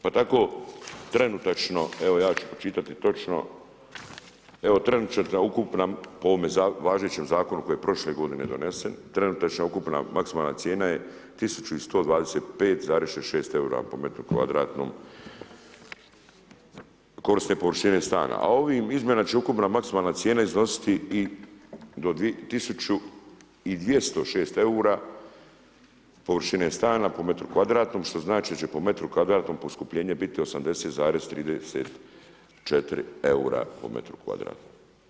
Pa tako trenutačno, evo ja ću pročitati točno, trenutačna ukupna, po ovome važećem zakonu koji je prošle godine donesen, trenutačna ukupna maksimalna cijena je 1.125,66 eura po metru kvadratnom korisne površine stana a ovim izmjenama će ukupna maksimalna cijena iznositi do 1206 eura površine stana po metru kvadratnom, što znači da će po metru kvadratnom poskupljenje biti 80,34 eura po metru kvadratnom.